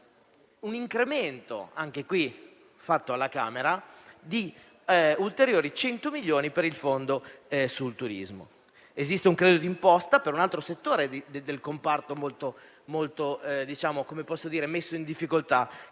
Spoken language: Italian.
un incremento, anch'esso disposto alla Camera, di ulteriori 100 milioni per il fondo sul turismo. Esiste un credito d'imposta per un altro settore del comparto molto messo in difficoltà,